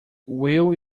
will